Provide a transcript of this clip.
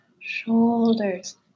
shoulders